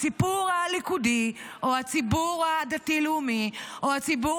הציבור הליכודי או הציבור הדתי-לאומי או הציבור